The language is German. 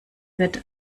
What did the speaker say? wird